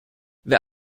wer